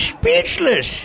speechless